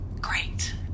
Great